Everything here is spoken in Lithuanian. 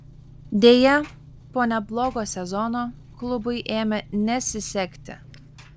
deja po neblogo sezono klubui ėmė nesisekti